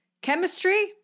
chemistry